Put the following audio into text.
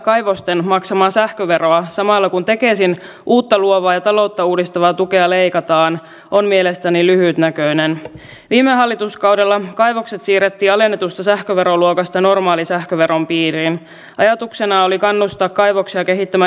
kyllä kai meidän lainsäätäjinä pitää nimenomaan olla katsomassa että kansalaiset olisivat mahdollisimman tasa arvoisessa asemassa jotta ei synny sellaisia kohtuuttomia tilanteita joita väitän näiden valitettavien korotusten johdosta tulee nyt syntymään